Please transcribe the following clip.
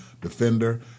defender